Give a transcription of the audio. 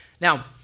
now